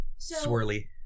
swirly